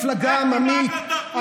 מפלגה עממית?